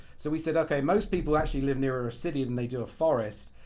so we said, okay most people actually live nearer a city than they do a forest.